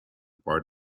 part